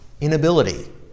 Inability